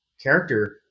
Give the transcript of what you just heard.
character